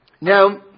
Now